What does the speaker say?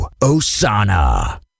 Osana